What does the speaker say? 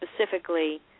specifically